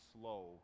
slow